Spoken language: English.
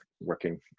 working